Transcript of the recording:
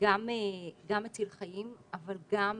גם מציל חיים אבל גם